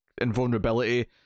invulnerability